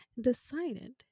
decided